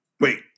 Wait